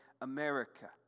America